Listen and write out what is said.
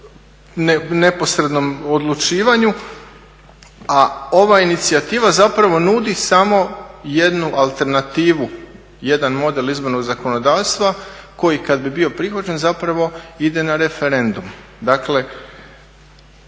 neposrednom odlučivanju. A ova inicijativa zapravo nudi samo jednu alternativu, jedan model izbornog zakonodavstva koji kada bi bio prihvaćen zapravo ide na referendum. Dakle